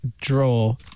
draw